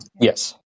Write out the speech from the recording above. Yes